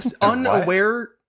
unaware